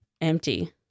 empty